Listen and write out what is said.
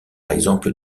exemple